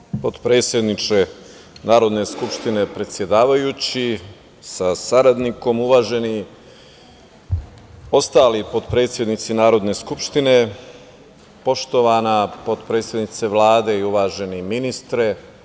Poštovani potpredsedniče Narodne skupštine, predsedavajući sa saradnikom, uvaženi ostali potpredsednici Narodne skupštine, poštovana potpredsednice Vlade i uvaženi ministre.